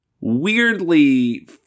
weirdly